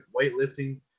weightlifting